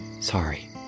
Sorry